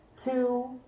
Two